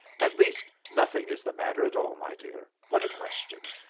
at least, nothing is the matter at all, my dear. what a question!